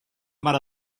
mare